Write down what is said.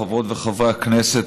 חברות וחברי הכנסת,